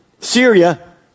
Syria